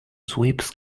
sweeps